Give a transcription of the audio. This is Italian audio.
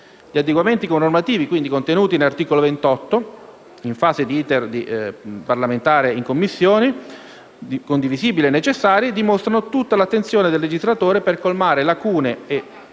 Gli adeguamenti normativi contenuti all'articolo 28 in fase di *iter* parlamentare in Commissione - condivisibili e necessari - dimostrano tutta l'attenzione del legislatore per colmare lacune e